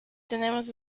tenemos